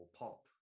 pop